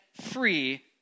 free